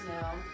now